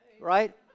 right